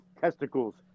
testicles